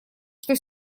что